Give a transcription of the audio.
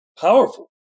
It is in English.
powerful